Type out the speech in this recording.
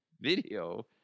video